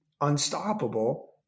unstoppable